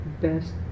best